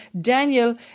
Daniel